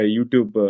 YouTube